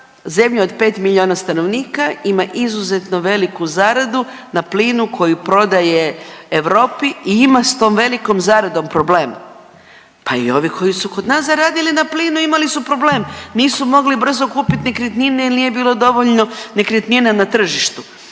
zemlja od 5 milijuna stanovnika ima izuzetno veliku zaradu na plinu koji prodaje Europi i ima s tom velikom zaradom problem. Pa i ovi kod nas koji su zaradili na plinu imali su problem, nisu mogli brzo kupit nekretnine jel nije bilo dovoljno nekretnina na tržištu,